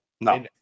No